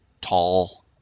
tall